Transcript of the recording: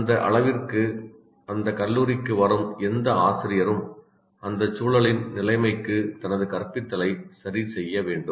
அந்த அளவிற்கு அந்த கல்லூரிக்கு வரும் எந்த ஆசிரியரும் அந்தச் சூழலின் நிலைமைக்கு தனது கற்பித்தலை சரிசெய்ய வேண்டும்